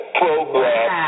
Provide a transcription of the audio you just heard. program